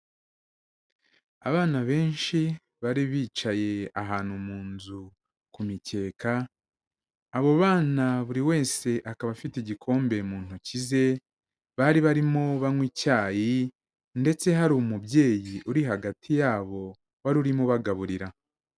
Abana benshi bari bicaye ahantu mu nzu ku mikeke, abo bana buri wese akaba afite igikombe mu ntoki ze bari barimo banywa icyayi ndetse hari umubyeyi uri hagati ya bo wari urimo ubagaburira.